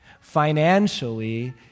financially